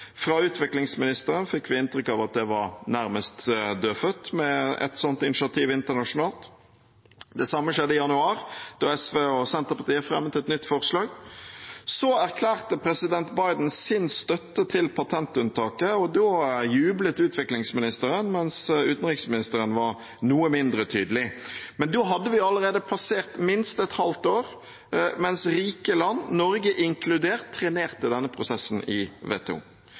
Fra utviklingsministeren fikk vi inntrykk av at det var nærmest dødfødt med et sånt initiativ internasjonalt. Det samme skjedde i januar, da SV og Senterpartiet fremmet et nytt forslag. Så erklærte president Biden sin støtte til patentunntaket, og da jublet utviklingsministeren, mens utenriksministeren var noe mindre tydelig. Men da hadde allerede minst et halvt år passert, mens rike land, Norge inkludert, trenerte denne prosessen i